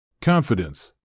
Confidence